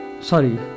sorry